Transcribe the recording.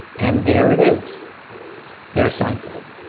and there it is there seinfeld